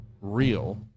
real